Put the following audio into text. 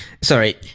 Sorry